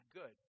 good